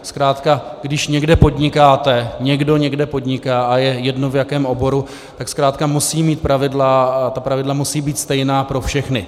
Zkrátka když někde podnikáte, někdo někde podniká, a je jedno, v jakém oboru, tak zkrátka musí mít pravidla a ta pravidla musí být stejná pro všechny.